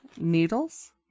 needles